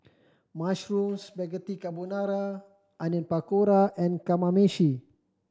Mushroom Spaghetti Carbonara Onion Pakora and Kamameshi